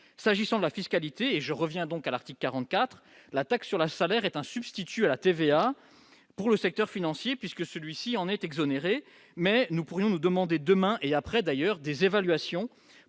s'agissant de la fiscalité et je reviens donc à l'article 44 l'taxe sur la salaire est un substitut à la TVA, pour le secteur financier, puisque celui-ci en est exonéré mais nous pourrions-nous demander demain et après d'ailleurs des évaluations